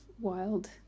wild